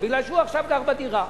מפני שהוא עכשיו גר בדירה.